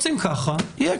אם אתם רוצים ככה, אז ככה יהיה.